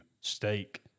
steak